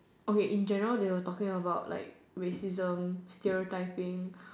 okay in general they were talking about like racism stereotyping